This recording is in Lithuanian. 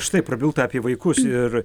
štai prabilta apie vaikus ir